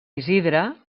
isidre